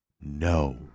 No